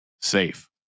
safe